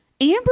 Amber